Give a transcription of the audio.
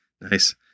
Nice